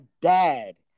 dad